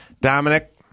Dominic